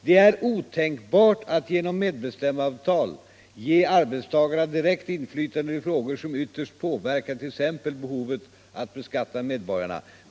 Det är otänkbart att genom medbestämmandeavtal ge arbetstagarna direkt inflytande i frågor som ytterst påverkar t.ex. behovet att beskatta medborgarna.